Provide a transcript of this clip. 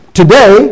today